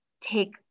take